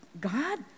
God